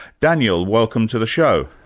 daniel, welcome to the show.